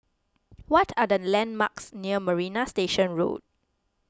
what are the landmarks near Marina Station Road